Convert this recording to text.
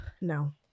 no